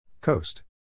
Coast